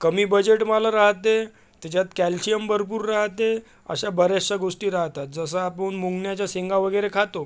कमी बजेटवालं राहाते त्याच्यात कॅल्शियम भरपूर राहाते अशा बऱ्याचशा गोष्टी राहतात जसं आपण मुंगण्याच्या शेंगा वगैरे खातो